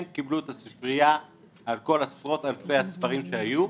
הם קיבלו את הספרייה על כל עשרות אלפי הספרים שהיו,